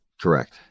Correct